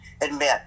admit